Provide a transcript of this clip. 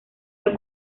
del